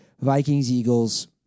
Vikings-Eagles